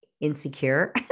insecure